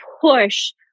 push